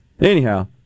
Anyhow